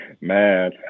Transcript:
man